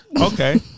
Okay